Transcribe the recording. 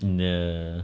no